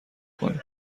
کنید